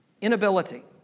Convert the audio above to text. Inability